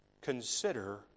Consider